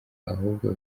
ahubwo